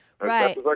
Right